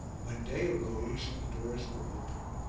when day arose and the doors were opened,